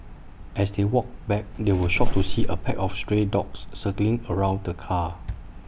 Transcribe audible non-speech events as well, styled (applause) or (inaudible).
as they walked back they were shocked (noise) to see A pack of stray dogs circling around the car